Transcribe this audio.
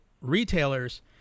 retailers